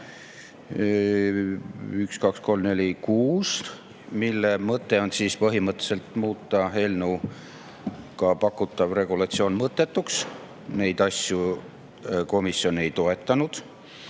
kuus, mille mõte on põhimõtteliselt muuta eelnõuga pakutav regulatsioon mõttetuks. Neid asju komisjon ei toetanud.